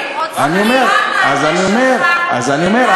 אז אני אומר,